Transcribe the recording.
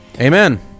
Amen